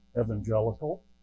evangelical